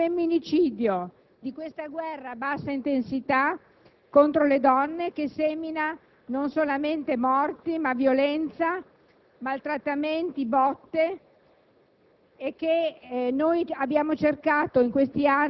Per essere più precisa e chiara, parliamo di "femminicidio", di questa guerra a bassa intensità contro le donne che semina non solamente morte, ma anche violenza, maltrattamenti e botte,